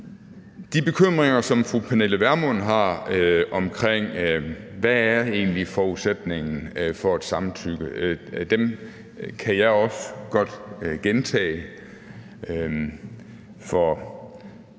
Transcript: De bekymringer, som fru Pernille Vermund har, om, hvad forudsætningen egentlig er for et samtykke, kan jeg også godt gentage, for